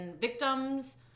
victims